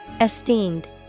Esteemed